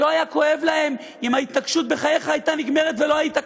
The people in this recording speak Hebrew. שלא היה כואב להם אם ההתנקשות בחייך הייתה נגמרת ולא היית כאן.